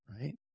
Right